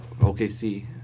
OKC